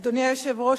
אדוני היושב-ראש,